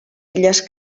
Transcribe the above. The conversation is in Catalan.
illes